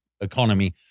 economy